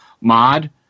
mod